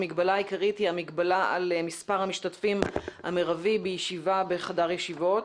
המגבלה העיקרית היא המגבלה על מספר המשתתפים המרבי בישיבה בחדר ישיבות.